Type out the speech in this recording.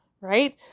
right